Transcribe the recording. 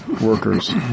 workers